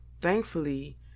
Thankfully